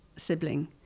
sibling